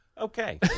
Okay